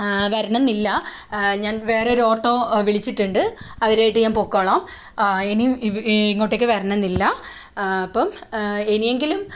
വരണംന്നില്ല ഞാൻ വേറെ ഒരു ഓട്ടോ വിളിച്ചിട്ടുണ്ട് അവരുമായിട്ട് ഞാൻ പൊക്കോളാം ഇനി ഇങ്ങോട്ടേക്ക് വരണം എന്നില്ല അപ്പം ഇനിയെങ്കിലും